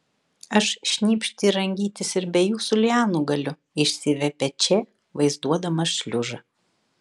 aš šnypšti ir rangytis ir be jūsų lianų galiu išsiviepė če vaizduodamas šliužą